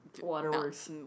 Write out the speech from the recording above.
Waterworks